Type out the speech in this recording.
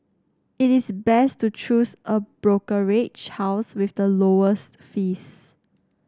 it is best to choose a brokerage house with the lowest fees